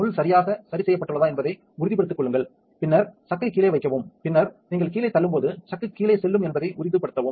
முள் சரியாக சரி செய்யப்பட்டுள்ளதா என்பதை உறுதிப்படுத்திக் கொள்ளுங்கள் பின்னர் சக்கை கீழே வைக்கவும் பின்னர் நீங்கள் கீழே தள்ளும்போது சக் கீழே செல்லும் என்பதை உறுதிப்படுத்தவும்